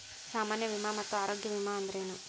ಸಾಮಾನ್ಯ ವಿಮಾ ಮತ್ತ ಆರೋಗ್ಯ ವಿಮಾ ಅಂದ್ರೇನು?